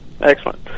Excellent